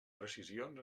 precisions